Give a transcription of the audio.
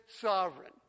Sovereign